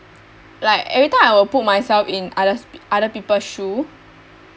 like every time I will put myself in others other people shoe